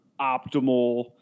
optimal